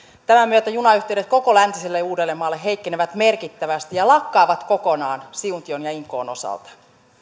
tämän myötä junayhteydet koko läntiselle uudellemaalle heikkenevät merkittävästi ja lakkaavat kokonaan siuntion ja inkoon osalta